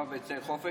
גם ביצי החופש,